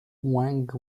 wang